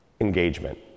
engagement